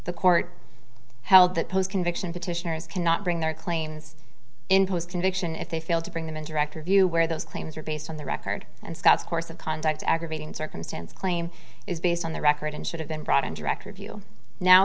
the court held that post conviction petitioners cannot bring their claims impose conviction if they fail to bring them in director view where those claims are based on the record and scott's course of conduct aggravating circumstance claim is based on the record and should have been brought in director view now